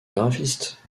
graphiste